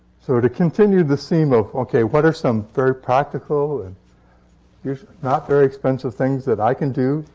so to continue this theme of, okay, what are some very practical and not very expensive things that i can do,